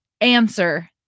answer